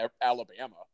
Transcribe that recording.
Alabama